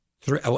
three